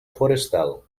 forestal